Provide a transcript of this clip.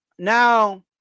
Now